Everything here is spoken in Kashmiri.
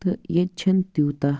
تہٕ ییٚتہِ چھِنہٕ تیوٗتاہ